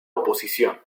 oposición